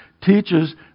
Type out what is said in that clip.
teaches